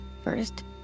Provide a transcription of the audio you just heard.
First